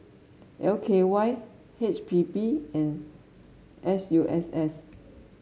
L K Y H P B and S U S S